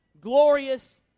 glorious